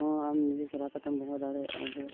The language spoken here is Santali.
ᱦᱚᱸ ᱟᱢ ᱱᱤᱡᱮ ᱪᱟᱞᱟᱣ ᱠᱟᱛᱮᱢ ᱵᱚᱸᱜᱟ ᱫᱟᱲᱮᱩᱭᱟᱜᱼᱟ ᱡᱮ